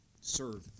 serve